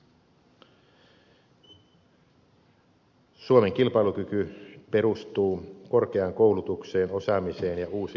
suomen kilpailukyky perustuu korkeaan koulutukseen osaamiseen ja uusiin innovaatioihin